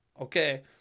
Okay